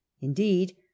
Indeed